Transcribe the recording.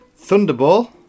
thunderball